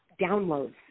downloads